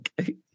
Okay